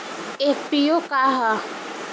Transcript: FPO का ह?